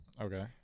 Okay